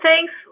thanks